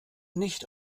nicht